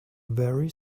very